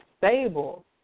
stable